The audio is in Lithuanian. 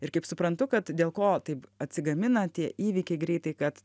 ir kaip suprantu kad dėl ko taip atsigamina tie įvykiai greitai kad